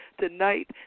tonight